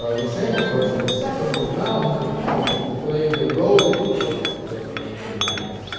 ah the same occurs in the second, but now his opponent is playing the role of a knight.